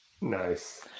Nice